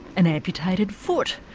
an amputated foot,